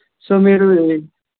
so మీరు ఏ